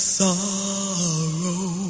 sorrow